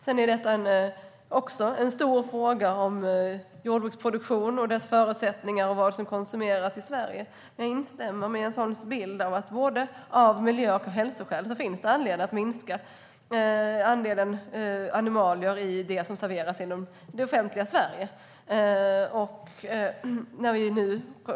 Sedan är detta också en stor fråga om jordbruksproduktion och dess förutsättningar och om vad som konsumeras i Sverige. Jag instämmer i Jens Holms bild: Av både miljö och hälsoskäl finns det anledning att minska andelen animalier i det som serveras i det offentliga Sverige.